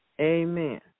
amen